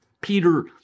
Peter